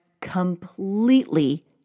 completely